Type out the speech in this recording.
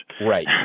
Right